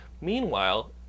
meanwhile